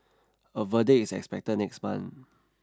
a verdict is expected next month